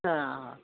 हा